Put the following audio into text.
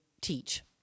teach